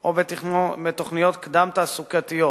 או בתוכניות קדם-תעסוקתיות